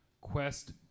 Quest